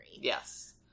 yes